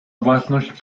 własność